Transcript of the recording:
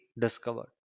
discovered